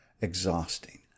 exhausting